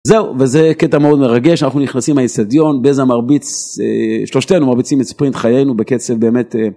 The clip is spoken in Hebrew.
זהו, וזה קטע מאוד מרגש, אנחנו נכנסים לאצטדיון בזה מרביץ שלושתנו מרביצים את ספרינט חיינו בקצב באמת.